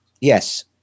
Yes